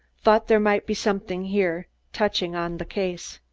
thought there might be something here touching on the case.